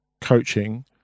coaching